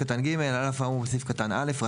רק